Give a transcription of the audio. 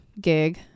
gig